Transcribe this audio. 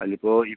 അതിലിപ്പോൾ ഈ